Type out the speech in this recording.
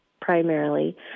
primarily